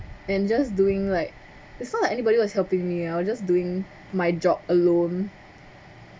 and just doing like it's not like anybody was helping me I'll just doing my job alone